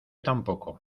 tampoco